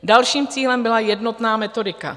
Dalším cílem byla jednotná metodika.